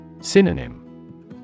Synonym